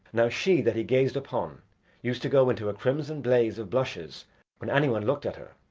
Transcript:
now she that he gazed upon used to go into a crimson blaze of blushes when any one looked at her.